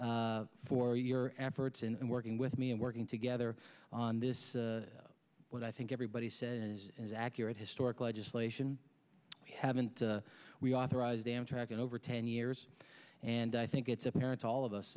mica for your efforts and working with me and working together on this what i think everybody says is accurate historic legislation haven't we authorized amtrak in over ten years and i think it's apparent to all of us